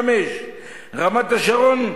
75%; רמת-השרון,